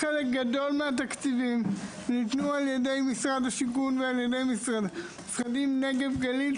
חלק גדול מהתקציבים ניתנו על ידי משרד השיכון ועל ידי משרד הנגב והגליל,